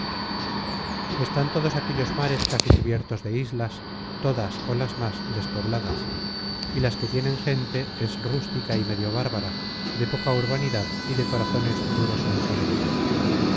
están todos aquellos mares casi cubiertos de islas todas ó las más despobladas y las que tienen gente es rústica y medio bárbara de poca urbanidad y de corazones duros é insolentes